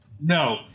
No